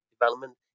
development